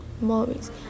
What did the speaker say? movies